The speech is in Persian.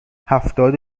هفتاد